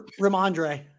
Ramondre